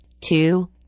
two